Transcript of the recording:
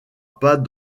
pas